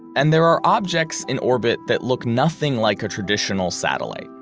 and there are objects in orbit that look nothing like a traditional satellite.